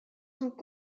sont